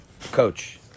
Coach